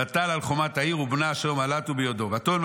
ותעל על חומת ירושלים ובנה מהלתהו בידה.